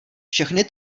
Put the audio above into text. všechny